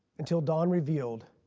until dawn revealed